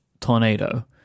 Tornado